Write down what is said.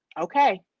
okay